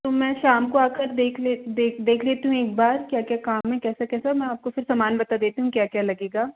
तो मैं शाम को आ कर देख ले देख देख लेती हूँ एक बार क्या क्या काम है कैसे कैसे मैं आपको फिर सामान बता देती हूँ क्या क्या लगेगा